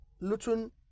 Luton